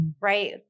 Right